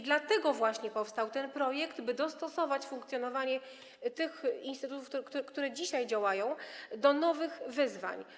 Dlatego właśnie powstał ten projekt - by dostosować funkcjonowanie tych instytutów, które dzisiaj działają, do nowych wyzwań.